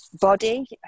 body